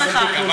תבדוק את עצמך.